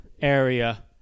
area